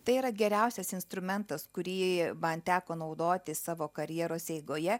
tai yra geriausias instrumentas kurį man teko naudoti savo karjeros eigoje